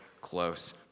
close